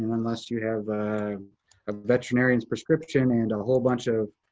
um unless you have a veterinarian's prescription and a whole bunch of